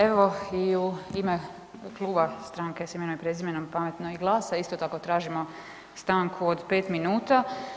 Evo, i u ime Kluba Stranke s imenom i prezimenom, Pametno i GLAS-a isto tako tražimo stanku od 5 minuta.